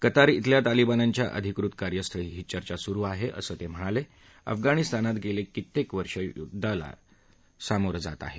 Qatar श्वेल्या तालिबान्यांच्या अधिकृत कार्यस्थळी ही चर्चा सुरु आहा असं तस्हिणाला अफगाणिस्तान गसी कित्यक्त वर्ष युद्धाला समोर जात आह